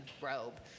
robe